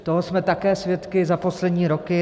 Toho jsme také svědky za poslední roky.